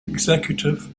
executive